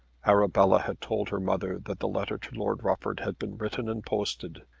arabella had told her mother that the letter to lord rufford had been written and posted,